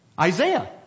Isaiah